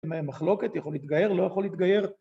המחלוקת יכול להתגייר, לא יכול להתגייר